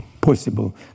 possible